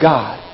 God